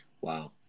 Wow